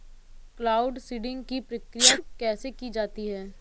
Cloud seeding की प्रक्रिया कैसे की जाती है?